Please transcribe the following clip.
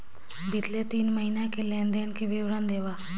बितले तीन महीना के लेन देन के विवरण देवा?